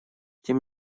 тем